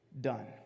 done